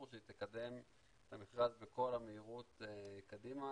שהיא תקדם את המכרז בכל המהירות קדימה.